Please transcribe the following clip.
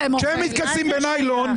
כשהם מתכסים בניילון --- לא לתת להם אוכל,